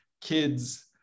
kids